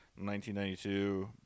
1992